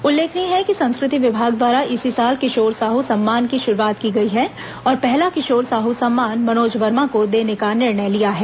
उल्लेखनीय है कि संस्कृति विभाग द्वारा इसी साल किशोर साहू सम्मान की शुरूआत की गई है और पहला किशोर साहू सम्मान मनोज वर्मा को देने का निर्णय लिया गया है